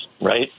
right